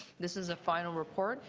this is a file report.